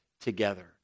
together